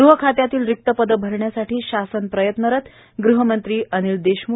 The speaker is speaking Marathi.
ग़ह खात्यातील रिक्त पदे भरण्यासाठी शासन प्रयत्नरत ग़हमंत्री अनिल देशम्ख